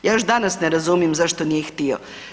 Ja još danas ne razumijem zašto nije htio.